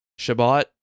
Shabbat